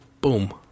boom